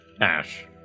Ash